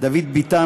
דוד ביטן,